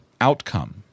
outcome